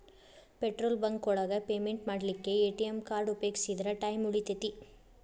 petrol bunk ಒಳಗ payment ಮಾಡ್ಲಿಕ್ಕೆ ATM card ಉಪಯೋಗಿಸಿದ್ರ ಟೈಮ್ ಉಳಿತೆತಿ